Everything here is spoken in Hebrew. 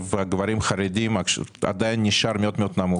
גברים חרדים עדיין נשאר מאוד-מאוד נמוך,